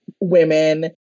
women